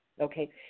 okay